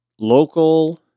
local